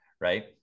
right